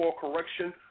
correction